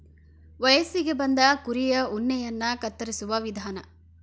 ವಯಸ್ಸಿಗೆ ಬಂದ ಕುರಿಯ ಉಣ್ಣೆಯನ್ನ ಕತ್ತರಿಸುವ ವಿಧಾನ